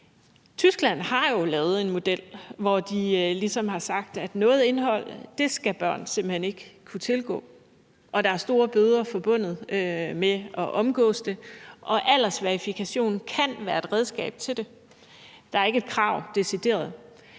Tyskland har jo lavet en model, hvor de ligesom har sagt, at noget indhold skal børn simpelt hen ikke kunne tilgå, og der er store bøder forbundet med at omgås det. Aldersverificering kan være et redskab til det. Der er ikke decideret